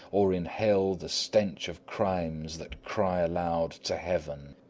or inhale the stench of crimes that cry aloud to heaven.